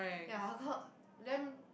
ya how come then